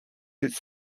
its